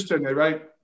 right